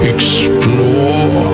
Explore